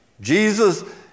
Jesus